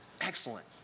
excellent